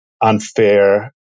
unfair